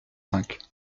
cinq